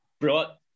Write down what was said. brought